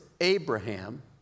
Abraham